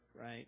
right